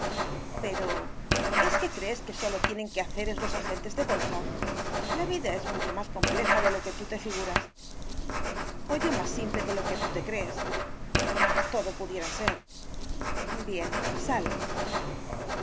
pero es que crees que sólo tienen quehaceres los agentes de bolsa la vida es mucho más compleja de lo que tú te figuras o yo más simple de lo que tú crees todo pudiera ser bien sal